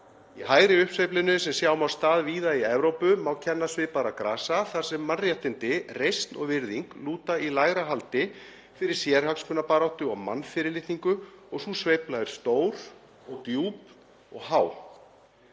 Í hægri uppsveiflunni sem sjá má stað víða í Evrópu kennir svipaðra grasa þar sem mannréttindi, reisn og virðing lúta í lægra haldi fyrir sérhagsmunabaráttu og mannfyrirlitningu og sú sveifla er stór og djúp og há.